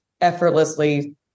effortlessly